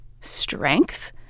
strength